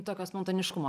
tokio spontaniškumo